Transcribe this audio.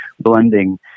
blending